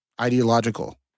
Ideological